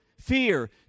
fear